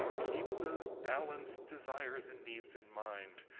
keep those balanced desires and needs in mind,